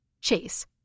Chase